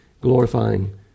glorifying